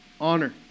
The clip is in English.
honor